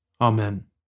Amen